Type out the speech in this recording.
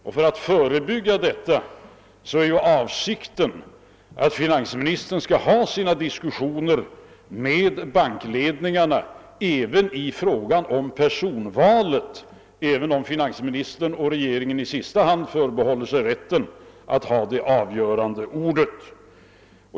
Och för att förebygga detta är avsikten att finansministern skall diskutera med bankledningarna också om personvalet — även om regeringen och finansministern förbehåller sig rätten att i sista hand ha det avgörande ordet.